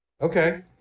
Okay